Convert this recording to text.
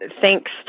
thanks